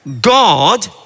God